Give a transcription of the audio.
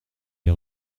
les